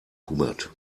hubert